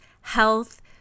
health